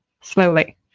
slowly